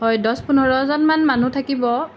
হয় দহ পোন্ধৰজন মান মানুহ থাকিব